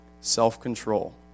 self-control